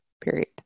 period